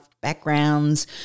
backgrounds